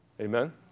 Amen